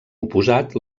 oposat